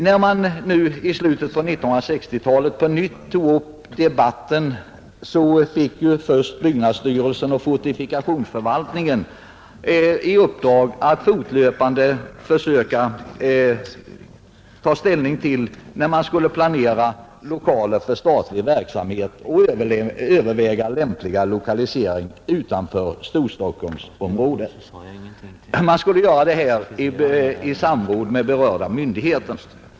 När man i slutet av 1960-talet på nytt drog upp debatten fick först byggnadsstyrelsen och fortifikationsförvaltningen i uppdrag att fortlöpande försöka ta ställning till planeringen av lokaler för statlig verksamhet och att överväga lämplig lokalisering utanför Storstockholmsområdet. Detta skulle göras i samråd med berörda myndigheter.